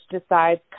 decides